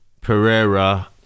Pereira